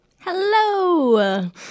Hello